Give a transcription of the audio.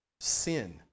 Sin